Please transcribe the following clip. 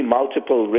multiple